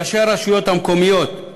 ראשי הרשויות המקומיות,